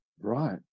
Right